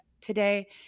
today